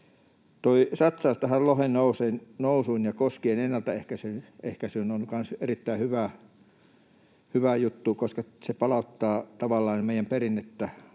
satsaus tähän lohennousuun ja koskien ennallistamiseen on kanssa erittäin hyvä juttu, koska se palauttaa tavallaan meidän